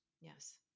Yes